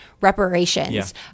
reparations